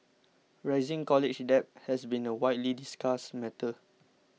rising college debt has been a widely discussed matter